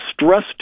stressed